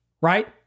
right